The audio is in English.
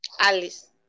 Alice